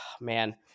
man